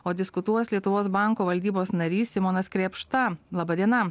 o diskutuos lietuvos banko valdybos narys simonas krėpšta laba diena